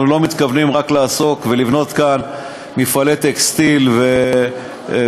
אנחנו לא מתכוונים רק לעסוק ולבנות כאן מפעלי טקסטיל ושירותים,